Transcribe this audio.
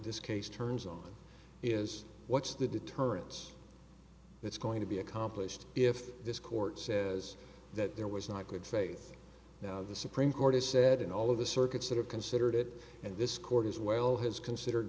this case turns on is what's the deterrence it's going to be accomplished if this court says that there was not good faith now the supreme court has said in all of the circuits that have considered it and this court as well has consider